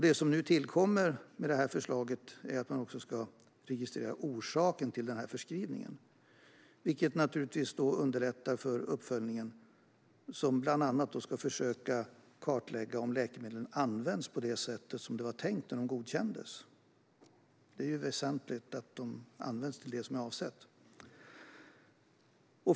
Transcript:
Det som nu tillkommer med det här förslaget är att man också ska notera orsaken till förskrivningen, vilket naturligtvis underlättar för uppföljningen där man bland annat ska försöka kartlägga om läkemedlen används som det var tänkt när de godkändes. Det är väsentligt att de används till det som de är avsedda för.